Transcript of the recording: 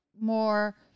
more